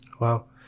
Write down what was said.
Wow